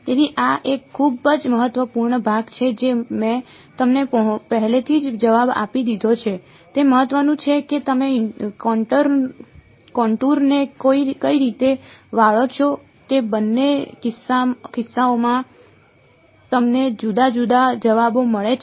તેથી આ એક ખૂબ જ મહત્વપૂર્ણ ભાગ છે જે મેં તમને પહેલેથી જ જવાબ આપી દીધો છે તે મહત્વનું છે કે તમે કોન્ટૂરને કઈ રીતે વાળો છો તે બંને કિસ્સાઓમાં તમને જુદા જુદા જવાબો મળે છે